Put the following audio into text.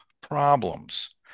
problems